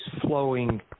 flowing